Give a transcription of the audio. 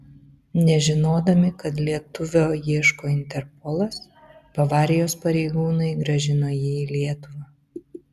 nežinodami kad lietuvio ieško interpolas bavarijos pareigūnai grąžino jį į lietuvą